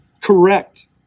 correct